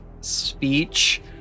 speech